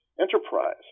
enterprise